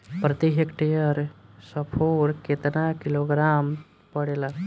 प्रति हेक्टेयर स्फूर केतना किलोग्राम पड़ेला?